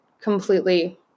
completely